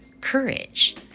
courage